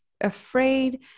afraid